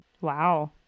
Wow